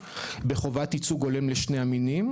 בחובת ייצוג הולם לשני המינים,